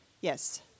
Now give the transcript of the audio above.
Yes